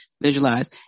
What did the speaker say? visualize